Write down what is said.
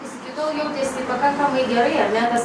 jis iki tol jautėsi pakankamai gerai ar ne tas